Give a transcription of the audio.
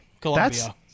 Colombia